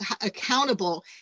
accountable